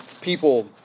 people